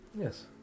Yes